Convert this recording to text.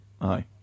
Aye